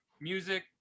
music